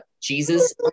jesus